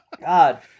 God